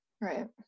right